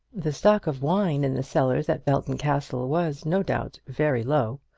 the stock of wine in the cellars at belton castle was, no doubt, very low.